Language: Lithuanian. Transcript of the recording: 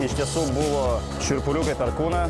iš tiesų buvo šiurpuliukai per kūną